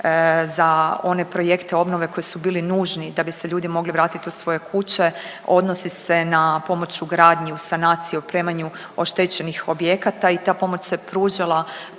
za one projekte obnove koji su bili nužni da bi se ljudi mogli vratiti u svoje kuće odnosi se na pomoć u gradnji, u sanaciji, opremanju oštećenih objekata i ta pomoć se pružala